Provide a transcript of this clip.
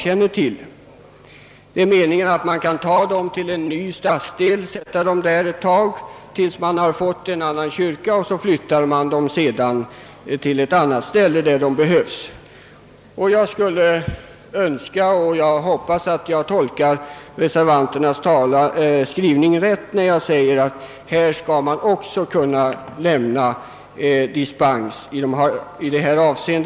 En dylik kyrka kan sättas upp i en ny stadsdel till dess man får en annan kyrka, varefter den flyttas till annat ställe. Jag skulle önska — jag hoppas att jag i detta avseende tolkar reservationen rätt — att dispens också kommer att kunna lämnas för dylika kyrkor.